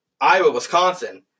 Iowa-Wisconsin